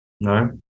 No